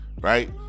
right